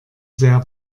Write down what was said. sehr